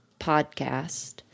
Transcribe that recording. podcast